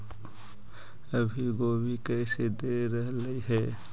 अभी गोभी कैसे दे रहलई हे?